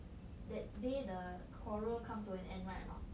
that day the quarrel come to an end right or not